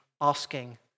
asking